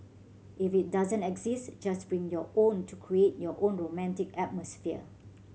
if it doesn't exist just bring your own to create your own romantic atmosphere